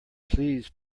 please